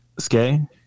Skay